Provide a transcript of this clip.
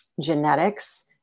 genetics